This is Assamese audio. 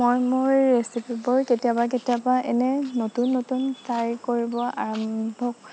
মই মোৰ ৰেচিপিবোৰ কেতিয়াবা কেতিয়াবা এনেই নতুন নতুন ট্ৰাই কৰিব আৰম্ভ